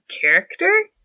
character